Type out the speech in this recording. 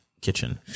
kitchen